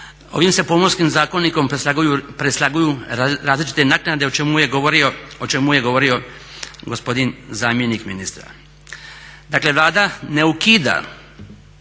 ovim se Pomorskim zakonikom preslaguju različite naknade o čemu je govorio gospodin zamjenik ministra.